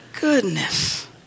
Goodness